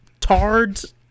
tards